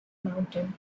mountain